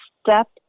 step